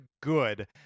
good